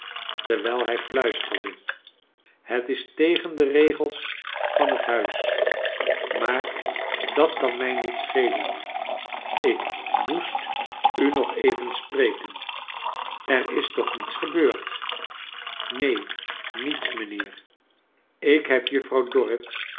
terwijl hij fluisterde het is tegen de regels van het huis maar dat kan mij niet schelen ik moest u nog even spreken er is toch niets gebeurd neen niets inijnheer ik heb juffrouw dorrit